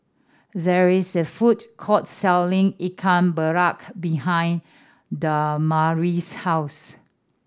there is a food court selling Ikan behind Damari's house